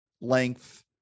length